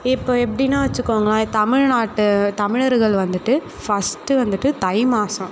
இப்போ எப்படின்னா வச்சுக்கோங்க தமிழ்நாட்டு தமிழர்கள் வந்துட்டு ஃபஸ்ட்டு வந்துட்டு தை மாதம்